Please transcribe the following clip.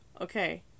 okay